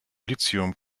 lithium